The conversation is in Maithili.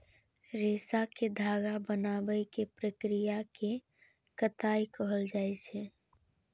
रेशा कें धागा बनाबै के प्रक्रिया कें कताइ कहल जाइ छै